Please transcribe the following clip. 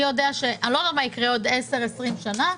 הם אומרים: אני לא יודע מה יקרה בעוד עשר-עשרים שנה,